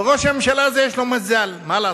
וראש הממשלה הזה יש לו מזל, מה לעשות?